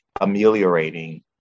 ameliorating